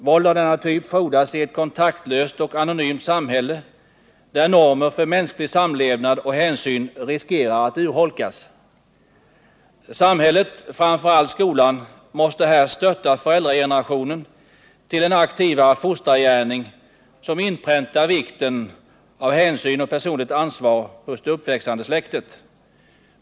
Våld av denna typ frodas i ett kontaktlöst och anonymt samhälle, där normer för mänsklig samlevnad och hänsyn riskerar att urholkas. Samhället — framför allt skolan — måste här stötta föräldragenerationen och stimulera till en mera aktiv fostrargärning, som inpräntar vikten av hänsyn och personligt ansvar hos det uppväxande släktet.